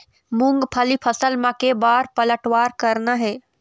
मूंगफली फसल म के बार पलटवार करना हे?